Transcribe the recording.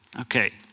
Okay